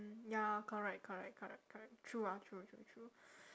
mm ya correct correct correct correct true ah true true true